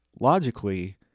logically